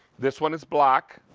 this one is black,